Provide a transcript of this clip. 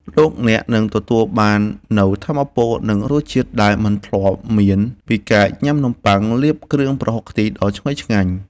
លោកអ្នកនឹងទទួលបាននូវថាមពលនិងរសជាតិដែលមិនធ្លាប់មានពីការញ៉ាំនំប៉័ងលាបគ្រឿងប្រហុកខ្ទិះដ៏ឈ្ងុយឆ្ងាញ់។